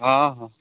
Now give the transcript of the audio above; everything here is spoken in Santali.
ᱦᱮᱸ ᱦᱮᱸ